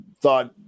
thought